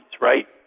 right